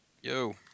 Yo